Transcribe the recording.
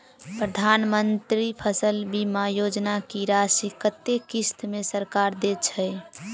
प्रधानमंत्री फसल बीमा योजना की राशि कत्ते किस्त मे सरकार देय छै?